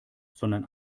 sondern